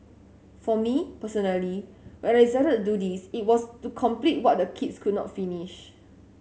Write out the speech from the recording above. for me personally when I decided to do this it was to complete what the kids could not finish